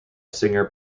singer